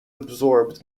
absorbed